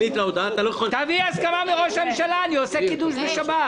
דבר עם ראש הממשלה, אתה בסיעה שלו.